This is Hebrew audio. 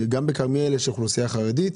בכרמיאל יש גם אוכלוסייה חרדית,